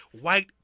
white